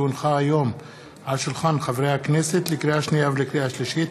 עברה בקריאה שנייה ובקריאה שלישית.